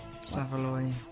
Savoy